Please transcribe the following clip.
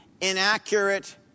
inaccurate